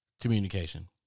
Communication